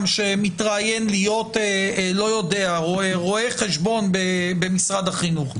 שמתראיין להיות רואה חשבון במשרד החינוך,